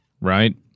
right